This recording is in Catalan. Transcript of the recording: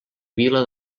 vila